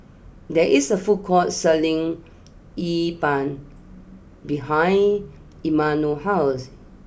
there is a food court selling Yi Ban behind Imanol's house